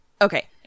Okay